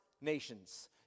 nations